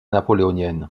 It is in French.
napoléoniennes